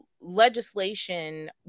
Legislation